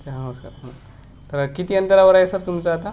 अच्छा हो सर तर किती अंतरावर आहे सर तुमचं आता